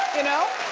you know.